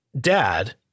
dad